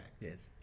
yes